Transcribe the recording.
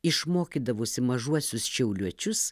išmokydavusi mažuosius šiauliuočius